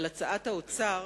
על הצעת האוצר,